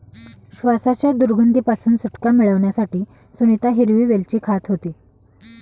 श्वासाच्या दुर्गंधी पासून सुटका मिळवण्यासाठी सुनीता हिरवी वेलची खात होती